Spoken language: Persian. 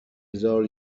هزار